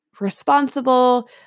responsible